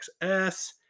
XS